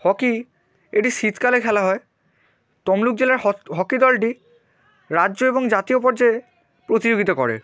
hockey এটি শীতকালে খেলা হয় তমলুক জেলার হকি দলটি রাজ্য এবং জাতীয় পর্যায়ে প্রতিযোগিতা করে